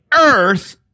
earth